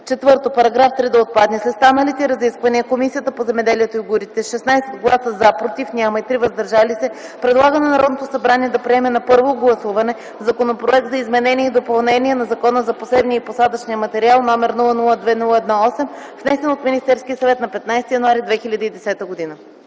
4. Параграф 3 да отпадне. След станалите разисквания, Комисията по земеделието и горите с 16 гласа „за”, „против” – няма, и 3 – „въздържали се”, предлага на Народното събрание да приеме на първо гласуване Законопроект за изменение и допълнение на Закона за посевния и посадъчния материал, № 002-01-8, внесен от Министерския съвет на 15 януари 2010 г.”